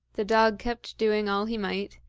the dog kept doing all he might,